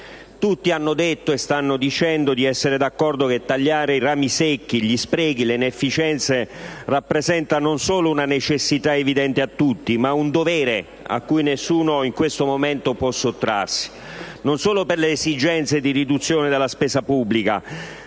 Tutti hanno detto, e stanno dicendo, di essere d'accordo che tagliare i rami secchi, gli sprechi e le inefficienze rappresenta non solo una necessità evidente a tutti, ma un dovere, cui nessuno in questo momento può sottrarsi. E questo, non solo per le esigenze di riduzione della spesa pubblica,